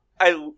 I-